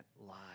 lie